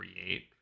create